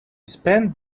spent